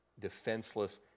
defenseless